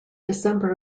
december